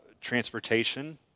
transportation